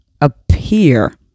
appear